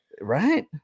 Right